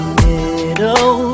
middle